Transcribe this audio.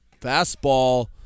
fastball